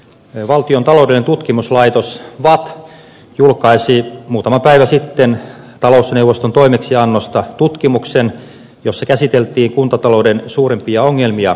valtion taloudellinen tutkimuskeskus vatt julkaisi muutama päivä sitten talousneuvoston toimeksiannosta tutkimuksen jossa käsiteltiin kuntatalouden suurimpia ongelmia